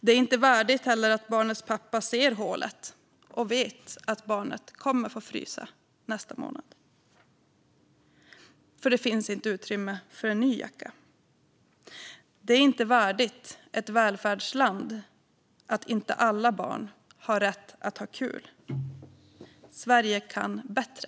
Det är inte heller värdigt att barnets pappa ser hålet och vet att barnet kommer att få frysa nästa månad, för det finns inte utrymme för en ny jacka. Det är inte värdigt ett välfärdsland att inte alla barn har rätt att ha kul. Sverige kan bättre.